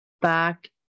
back